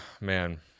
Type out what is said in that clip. man